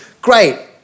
Great